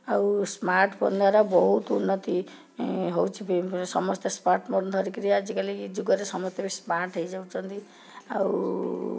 ଆଉ ସ୍ମାର୍ଟଫୋନ୍ ଦ୍ୱାରା ବହୁତ ଉନ୍ନତି ହେଉଛି ସମସ୍ତେ ସ୍ମାର୍ଟଫୋନ୍ ଧରିକିରି ଆଜିକାଲି ଯୁଗରେ ସମସ୍ତେ ସ୍ମାର୍ଟ୍ ହେଇଯାଉଛନ୍ତି ଆଉ